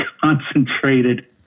concentrated